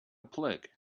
plague